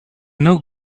know